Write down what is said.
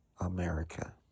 America